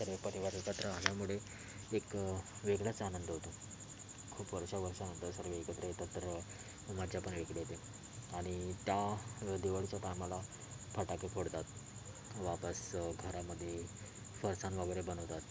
सर्व परिवार एकत्र आल्यामुळे एक वेगळाच आनंद होतो खूप वर्षा वर्षानंतर सर्व एकत्र येतात तर मज्जा पण वेगळी येते आणि त्या दिवाळीच्या टायमाला फटाके फोडतात वापस घरामध्ये फरसाण वगैरे बनवतात